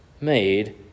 made